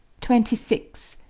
twenty six.